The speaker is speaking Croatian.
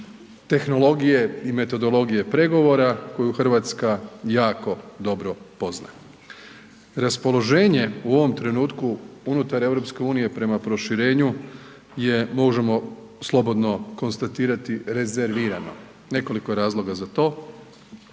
tehnologije i metodologije pregovora koje Hrvatska jako dobro poznaje. Raspoloženje u ovom trenutku unutar EU prema proširenju je možemo slobodno konstatirati rezervirano. Nekoliko je razloga za to,